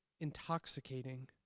intoxicating